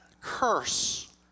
curse